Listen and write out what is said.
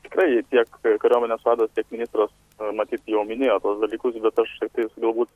tikrai tiek kariuomenės vadas tiek ministras na matyt jau minėjo dalykus bet aš tiktais galbūt